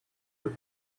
that